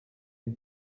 une